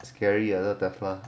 scary or the death lah